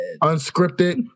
Unscripted